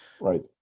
right